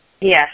Yes